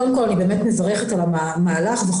קודם כל אני באמת מברכת על המהלך ואני